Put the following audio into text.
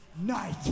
night